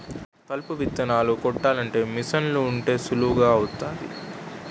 కలుపు విత్తనాలు కొట్టాలంటే మీసన్లు ఉంటే సులువు అవుతాది